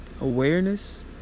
Awareness